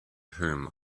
whom